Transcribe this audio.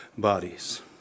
Bodies